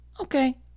okay